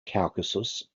caucasus